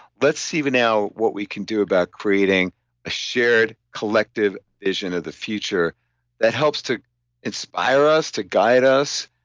let's see even now what we can do about creating a shared, collective vision of the future that helps to inspire us, to guide us,